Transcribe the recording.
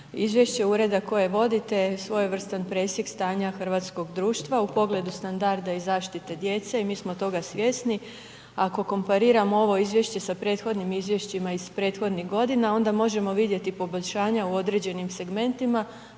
Izvješće ureda koje vodite je svojevrstan presjek stanja hrvatskog društva u pogledu standarda i zaštite djece i mi smo toga svjesni. Ako kompariramo ovo izvješće sa prethodnim izvješćima iz prethodnih godina onda možemo vidjeti poboljšanja u određenim segmentima